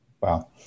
Wow